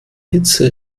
hitze